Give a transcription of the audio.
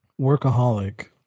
workaholic